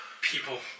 people